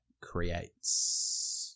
creates